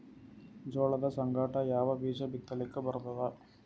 ಜೋಳದ ಸಂಗಾಟ ಯಾವ ಬೀಜಾ ಬಿತಲಿಕ್ಕ ಬರ್ತಾದ?